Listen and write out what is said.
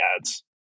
ads